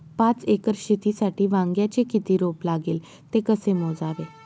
पाच एकर शेतीसाठी वांग्याचे किती रोप लागेल? ते कसे मोजावे?